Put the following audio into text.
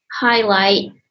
highlight